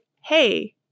hey